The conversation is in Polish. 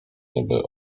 niby